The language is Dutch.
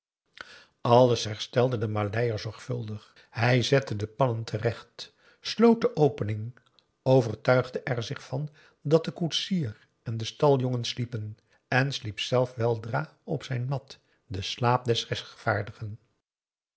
alles herstelde de maleier zorgvuldig hij zette de pannen terecht sloot de opening overtuigde er zich van dat de koetsier en de staljongen sliepen en sliep zelf weldra op zijn mat den slaap des